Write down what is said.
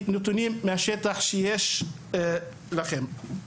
על פי הנתונים שיש לכם מהשטח.